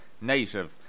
native